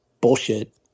bullshit